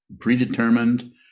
predetermined